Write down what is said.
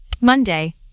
Monday